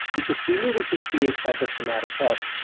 because we knew we could create psychosomatic health.